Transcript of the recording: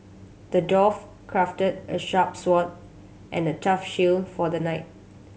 the dwarf crafted a sharp sword and a tough shield for the knight